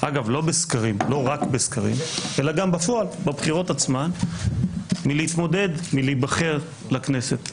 אגב לא רק בסקרים אלא גם בפועל בבחירות עצמן מלהתמודד להיבחר לכנסת.